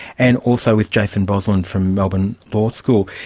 and also with jason bosland from melbourne law school.